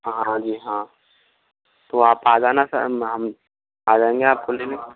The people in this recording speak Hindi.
हाँ हाँ जी हाँ तो आप आ जाना सर हम आ आएगा आपको लेने